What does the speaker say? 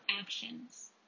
actions